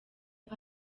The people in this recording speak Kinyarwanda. byo